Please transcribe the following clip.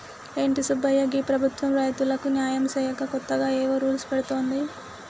ఏంటి సుబ్బయ్య గీ ప్రభుత్వం రైతులకు న్యాయం సేయక కొత్తగా ఏవో రూల్స్ పెడుతోంది